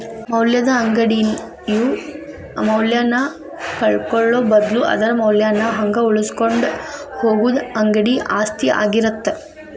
ಮೌಲ್ಯದ ಅಂಗಡಿಯು ಮೌಲ್ಯನ ಕಳ್ಕೊಳ್ಳೋ ಬದ್ಲು ಅದರ ಮೌಲ್ಯನ ಹಂಗ ಉಳಿಸಿಕೊಂಡ ಹೋಗುದ ಅಂಗಡಿ ಆಸ್ತಿ ಆಗಿರತ್ತ